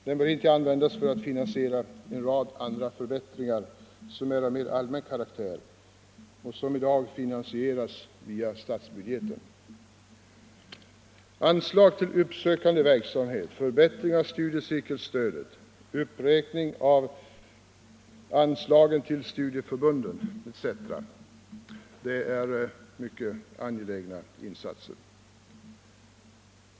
Den bör inte användas för att finansiera en rad andra förbättringar som är av mer allmän karaktär och som i dag finansieras via statsbudgeten. Anslag till uppsökande verksamhet, förbättring av studiecirkelstödet, uppräkning av anslagen till studieförbunden etc. är mycket angelägna insatser.